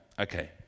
Okay